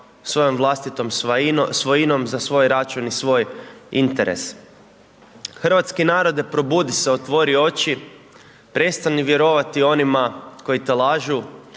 svojom vlastitom svojinom za svoj račun i svoj interes. Hrvatski narode probudi se, otvori oči, prestani vjerovati onima koji te lažu,